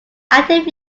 active